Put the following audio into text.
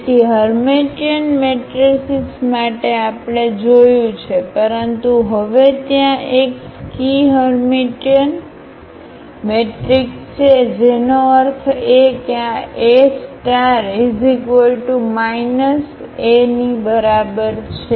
તેથી Hermitian matrices માટે આપણે જોયું છે પરંતુ હવે ત્યાં એક સ્કી હર્મીટિયન મેટ્રિક્સ છે તેનો અર્થ એ કે આ A A ની બરાબર છે